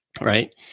right